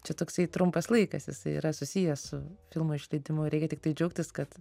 čia toksai trumpas laikas jisai yra susijęs su filmo išleidimu reikia tiktai džiaugtis kad